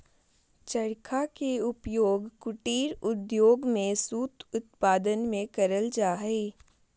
चरखा के उपयोग कुटीर उद्योग में सूत उत्पादन में करल जा हई